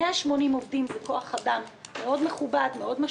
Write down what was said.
180 עובדים זה כוח אדם מכובד מאוד,